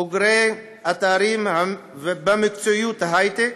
בוגרי התארים במקצועות ההייטק.